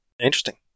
Interesting